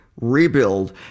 rebuild